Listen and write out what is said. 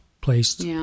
placed